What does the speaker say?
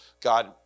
God